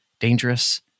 Dangerous